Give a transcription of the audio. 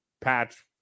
patch